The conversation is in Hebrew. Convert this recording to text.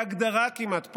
בהגדרה כמעט,